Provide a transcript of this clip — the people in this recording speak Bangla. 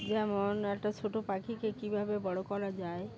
যেমন একটা ছোট পাখিকে কীভাবে বড় করা যায়